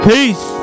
Peace